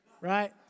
right